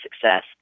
success